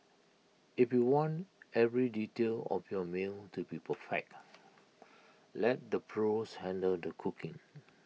if you want every detail of your meal to be perfect let the pros handle the cooking